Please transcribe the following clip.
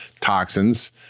toxins